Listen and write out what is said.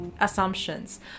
assumptions